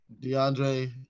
DeAndre